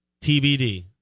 TBD